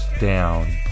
down